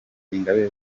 ingabire